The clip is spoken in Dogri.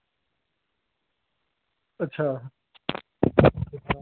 अच्छा